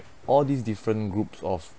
all these different group of